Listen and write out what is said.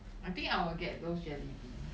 I think I will get those jellybeans